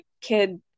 kid